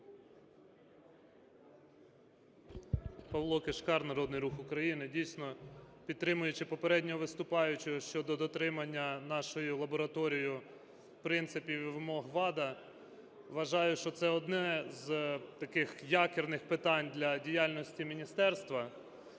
Павло Кишкар, Народний Рух України. Дійсно, підтримуючи попереднього виступаючого щодо дотримання нашою лабораторією принципів і вимог ВАДА, вважаю, що це одне з таких якірних питань для діяльності міністерства.